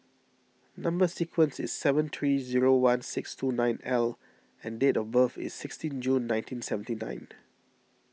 Number Sequence is seven three zero one six two nine L and date of birth is sixteen June nineteen seventy nine